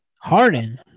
Harden